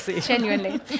Genuinely